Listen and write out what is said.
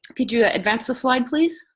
could you advance the slide, please?